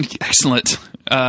Excellent